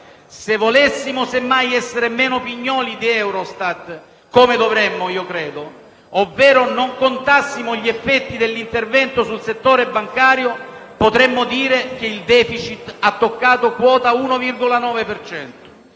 Se volessimo semmai essere meno pignoli di Eurostat, come credo dovremmo, ovvero non contassimo gli effetti dell'intervento sul settore bancario, potremmo dire che il *deficit* ha toccato quota 1,9